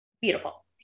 Beautiful